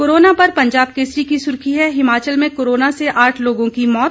corona पर पंजाब केसरी की सुर्खी है हिमाचल में कोरोना से आठ लोगों की मौत